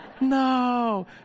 no